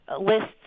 lists